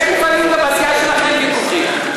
לפעמים יש גם בסיעה שלכם ויכוחים.